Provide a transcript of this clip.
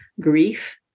grief